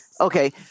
okay